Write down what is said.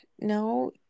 No